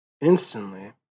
instantly